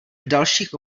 dalších